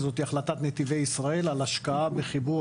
וזאת החלטת נתיבי ישראל על השקעה בחיבור